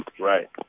Right